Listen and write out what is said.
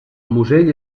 musell